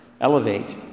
elevate